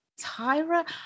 Tyra